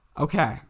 Okay